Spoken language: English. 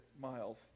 miles